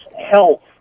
health